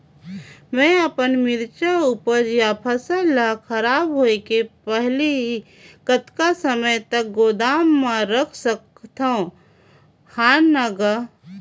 मैं अपन मिरचा ऊपज या फसल ला खराब होय के पहेली कतका समय तक गोदाम म रख सकथ हान ग?